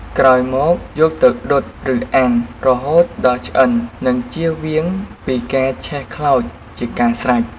ក្រោយមកយកទៅដុតឬអាំងរហូតដល់ឆ្អិន និងជៀសវាងពីការឆេះខ្លោចជាការស្រេច។